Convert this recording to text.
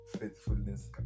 faithfulness